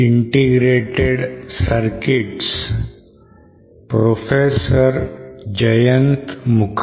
नमस्कार